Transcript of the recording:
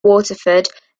waterford